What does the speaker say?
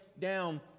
down